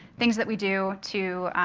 things that we do to